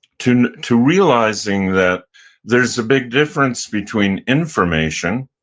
to to realizing that there's a big difference between information,